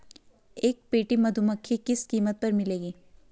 एक पेटी मधुमक्खी किस कीमत पर मिलेगी?